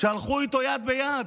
שהלכו איתו יד ביד